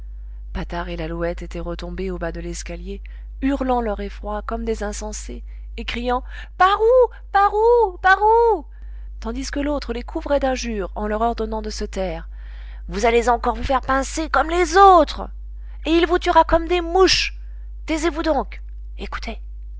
patard et lalouette étaient retombés au bas de l'escalier hurlant leur effroi comme des insensés et criant par où par où par où tandis que l'autre les couvrait d'injures en leur ordonnant de se taire vous allez encore vous faire pincer comme les autres et il vous tuera comme des mouches taisez-vous donc écoutez